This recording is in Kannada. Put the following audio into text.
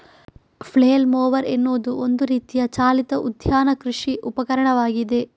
ಫ್ಲೇಲ್ ಮೊವರ್ ಎನ್ನುವುದು ಒಂದು ರೀತಿಯ ಚಾಲಿತ ಉದ್ಯಾನ ಕೃಷಿ ಉಪಕರಣವಾಗಿದೆ